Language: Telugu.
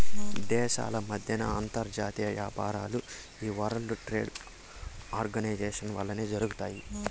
దేశాల మద్దెన అంతర్జాతీయ యాపారాలు ఈ వరల్డ్ ట్రేడ్ ఆర్గనైజేషన్ వల్లనే జరగతాయి